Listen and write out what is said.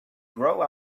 grow